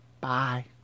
Bye